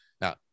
Now